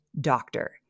doctor